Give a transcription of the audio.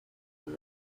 with